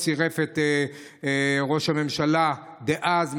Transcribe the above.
ראש הממשלה דאז,